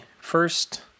first